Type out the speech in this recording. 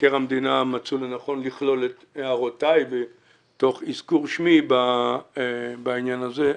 במבקר המדינה מצאו לנכון לכלול את הערותיי תוך אזכור שמי בעניין הזה.